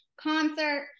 Concert